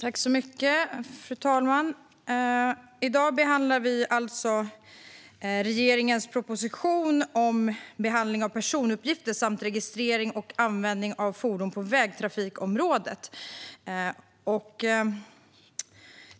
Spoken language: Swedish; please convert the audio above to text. Fru talman! I dag behandlar vi alltså regeringens proposition om behandling av personuppgifter samt registrering och användning av fordon på vägtrafikområdet.